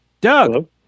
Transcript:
Doug